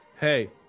Hey